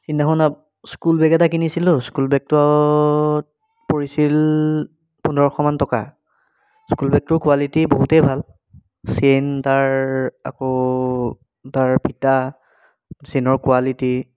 সেইদিনাখন school bag এটা কিনিছিলোঁ স্কুল বেগটোত পৰিছিল পোন্ধৰশমান টকা স্কুল বেগটোৰ কুৱালিটী বহুতে ভাল চেইন তাৰ আকৌ তাৰ ফিটা চেইনৰ কুৱালিটী